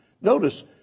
Notice